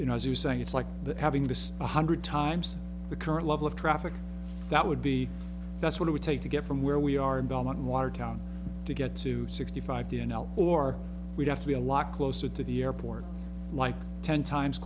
you know as you say it's like the having this one hundred times the current level of traffic that would be that's what it would take to get from where we are in belmont in watertown to get to sixty five the n l or we'd have to be a lot closer to the airport like ten times